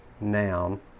noun